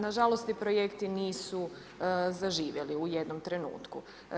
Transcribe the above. Nažalost ti projekti nisu zaživjeli u jednom trenutku.